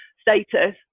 status